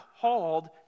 called